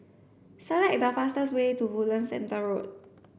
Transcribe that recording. select the fastest way to Woodlands Centre Road